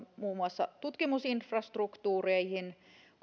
muun muassa tutkimusinfrastruktuureihin